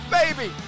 baby